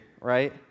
right